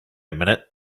minute